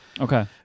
Okay